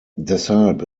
deshalb